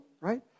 right